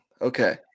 Okay